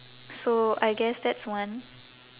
so I guess that's one